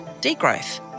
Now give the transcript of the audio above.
degrowth